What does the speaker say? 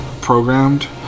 programmed